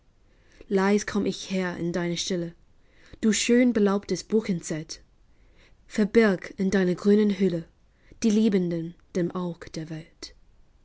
leis komm ich her in deine stille du schön belaubtes buchenzelt verbirg in deiner grünen hülle die liebenden dem aug der welt